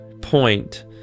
point